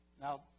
now